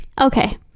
Okay